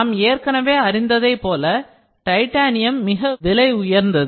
நாம் ஏற்கனவே அறிந்ததை போல டைட்டானியம் மிக விலை உயர்ந்தது